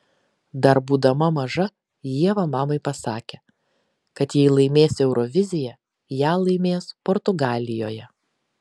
dar būdama maža ieva mamai pasakė kad jei laimės euroviziją ją laimės portugalijoje